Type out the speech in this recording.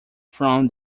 from